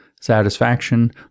satisfaction